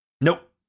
Nope